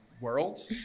world